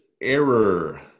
error